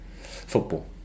Football